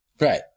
Right